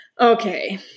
Okay